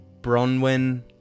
Bronwyn